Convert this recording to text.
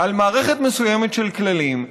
על מערכת מסוימת של כללים.